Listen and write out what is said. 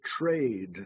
trade